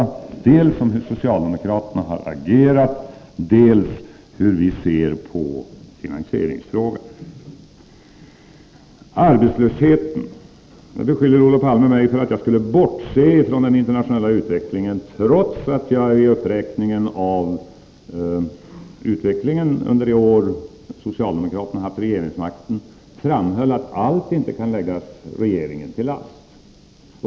Jag redovisade dels hur socialdemokraterna har agerat, dels hur vi ser på finansieringsfrågan. Arbetslösheten: Nu beskyller Olof Palme mig för att jag skulle bortse från den internationella utvecklingen, trots att jag i redogörelsen för utvecklingen under de år socialdemokraterna har haft regeringsmakten framhöll att allt inte kan läggas regeringen till last.